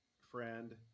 friend